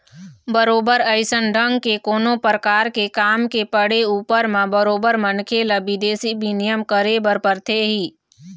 बरोबर अइसन ढंग के कोनो परकार के काम के पड़े ऊपर म बरोबर मनखे ल बिदेशी बिनिमय करे बर परथे ही